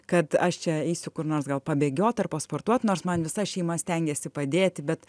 kad aš čia eisiu kur nors gal pabėgiot ar pasportuot nors man visa šeima stengiasi padėti bet